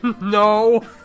No